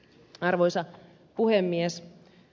arvoisa puhemies